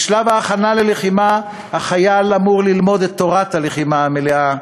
בשלב ההכנה ללחימה החייל אמור ללמוד את תורת הלחימה המלאה,